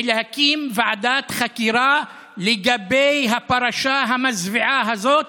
היא להקים ועדת חקירה לגבי הפרשה המזוויעה הזאת